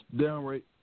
downright